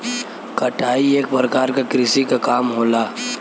कटाई एक परकार क कृषि क काम होला